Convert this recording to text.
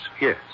Yes